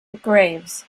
graves